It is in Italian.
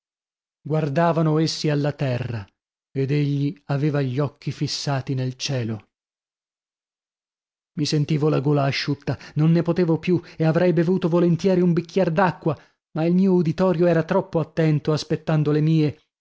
guardavano essi alla terra ed egli aveva gli occhi fissati nel cielo mi sentivo la gola asciutta non ne potevo più e avrei bevuto volentieri un bicchier d'acqua ma il mio uditorio era troppo attento aspettando la mie